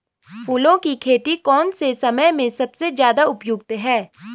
फूलों की खेती कौन से समय में सबसे ज़्यादा उपयुक्त है?